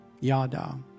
Yada